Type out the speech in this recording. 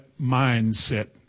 mindset